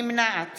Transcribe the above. נמנעת